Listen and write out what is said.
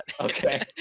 okay